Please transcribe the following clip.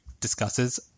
discusses